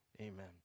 Amen